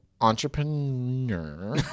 entrepreneur